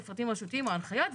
המפרטים הרשותיים או ההנחיות.